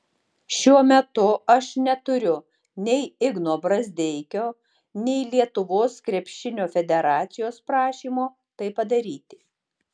šiuo metu aš neturiu nei igno brazdeikio nei lietuvos krepšinio federacijos prašymo tai padaryti